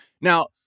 Now